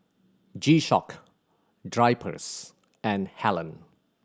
G Shock Drypers and Helen